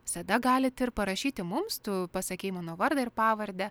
visada galit ir parašyti mums tu pasakei mano vardą ir pavardę